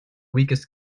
weakest